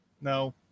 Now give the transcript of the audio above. No